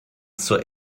zur